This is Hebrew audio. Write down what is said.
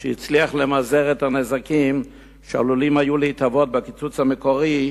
שהצליח למזער את הנזקים שעלולים היו להתהוות בקיצוץ המקורי,